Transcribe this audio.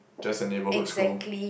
just a neighbourhood school